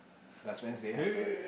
last Wednesday ah